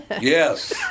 Yes